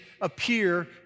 appear